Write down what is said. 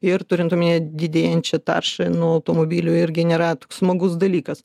ir turint omenyje didėjančią taršą nuo automobilio irgi nėra toks smagus dalykas